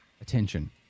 attention